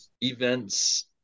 events